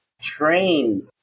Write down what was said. trained